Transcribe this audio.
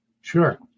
Sure